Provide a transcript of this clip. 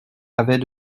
avait